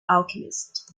alchemist